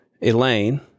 Elaine